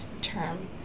term